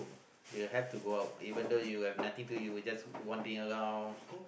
you have to go out even though you have nothing to you will just wandering around